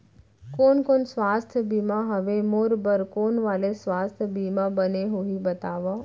कोन कोन स्वास्थ्य बीमा हवे, मोर बर कोन वाले स्वास्थ बीमा बने होही बताव?